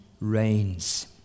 reigns